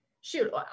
Shoot